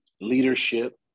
leadership